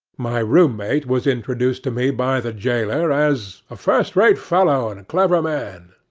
my room-mate was introduced to me by the jailer as a first-rate fellow and clever man.